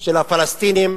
של הפלסטינים